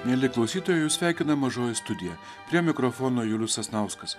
mieli klausytojai jus sveikina mažoji studija prie mikrofono julius sasnauskas